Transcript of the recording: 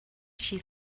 she